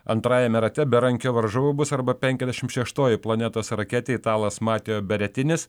antrajame rate berankio varžovu bus arba penkiasdešimt šeštoji planetos raketė italas mateo beretinis